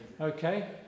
okay